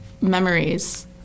memories